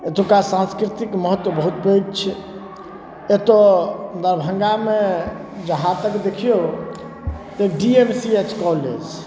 एतुका सांस्कृतिक महत्त्व बहुत पैघ छै एतऽ दरभंगामे जहाँ तक देखियौ तऽ D M C H college